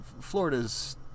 Florida's